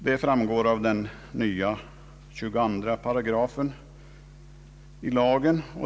Detta framgår av den nya 22 § i lagen.